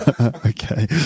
okay